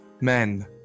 men